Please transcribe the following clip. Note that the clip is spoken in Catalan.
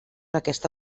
aquesta